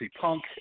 Punk